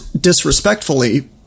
disrespectfully